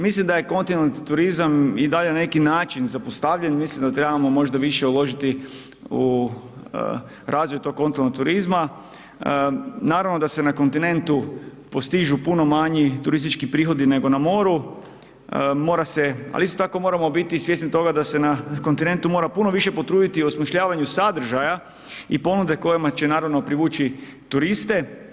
Mislim da je kontinentalni turizam i dalje na neki način zapostavljen, mislim da trebamo možda više uložiti u razvoj tog kontinentalnog turizma, naravno da se na kontinentu postižu puno manji turistički prihodi nego na moru, ali isto tako moramo biti svjesni toga da se kontinentu mora puno više potruditi u osmišljavanju sadržaja i ponude kojima će naravno privući turiste.